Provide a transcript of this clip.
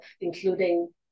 including